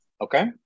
Okay